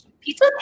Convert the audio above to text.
pizza